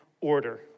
order